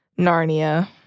Narnia